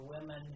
women